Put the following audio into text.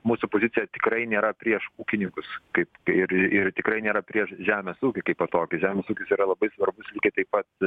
mūsų pozicija tikrai nėra prieš ūkininkus kaip ir ir tikrai nėra prieš žemės ūkį kaipo tokį žemės ūkis yra labai svarbus lygiai taip pat